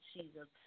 Jesus